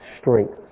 Strength